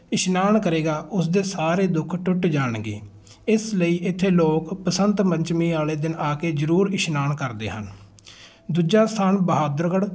ਇਸ਼ਨਾਨ ਕਰੇਗਾ ਉਸਦੇ ਸਾਰੇ ਦੁੱਖ ਟੁੱਟ ਜਾਣਗੇ ਇਸ ਲਈ ਇੱਥੇ ਲੋਕ ਬਸੰਤ ਪੰਚਮੀ ਵਾਲੇ ਦਿਨ ਆ ਕੇ ਜ਼ਰੂਰ ਇਸ਼ਨਾਨ ਕਰਦੇ ਹਨ ਦੂਜਾ ਸਥਾਨ ਬਹਾਦਰਗੜ੍ਹ